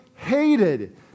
hated